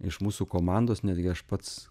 iš mūsų komandos netgi aš pats